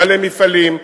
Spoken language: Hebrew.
בעלי מפעלים,